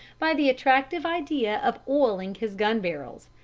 by the attractive idea of oiling his gun-barrels,